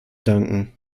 danken